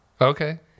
Okay